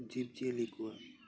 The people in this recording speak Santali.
ᱡᱤᱵᱽ ᱡᱤᱭᱟᱹᱞᱤ ᱠᱚᱣᱟᱜ